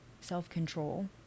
self-control